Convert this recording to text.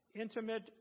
intimate